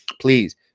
Please